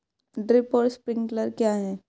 Drip और sprinkler क्या हैं?